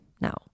now